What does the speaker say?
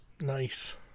Nice